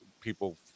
people